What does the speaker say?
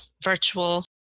virtual